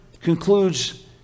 concludes